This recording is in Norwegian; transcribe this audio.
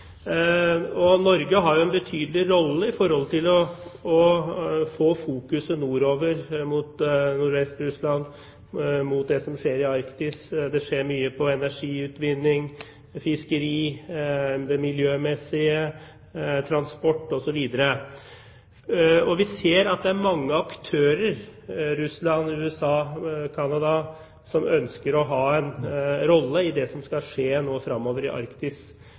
og mot det som skjer i Arktis. Det skjer mye innenfor energiutvinning, fiskeri, miljø, transport osv. Vi ser at det er mange aktører – bl.a. Russland, USA og Canada – som ønsker å ha en rolle i det som nå skal skje fremover i Arktis.